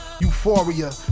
Euphoria